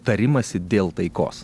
tarimąsi dėl taikos